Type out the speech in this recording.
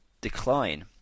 decline